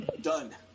Done